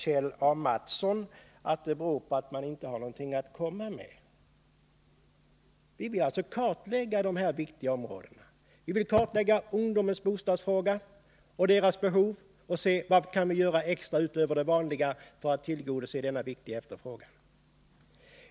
Kjell A. Mattsson anför att det beror på att vi inte har någonting att komma med. Men vi vill kartlägga dessa viktiga områden. Vi vill kartlägga ungdomens bostadsproblem. Vi vill kartlägga vilka ytterligare åtgärder vi kan vidta utöver de vanliga för att tillgodose detta viktiga behov.